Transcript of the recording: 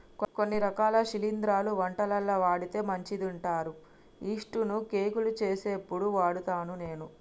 కొన్ని రకాల శిలింద్రాలు వంటలల్ల వాడితే మంచిదంటారు యిస్టు ను కేకులు చేసేప్పుడు వాడుత నేను